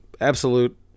absolute